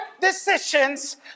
decisions